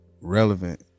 relevant